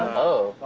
oh,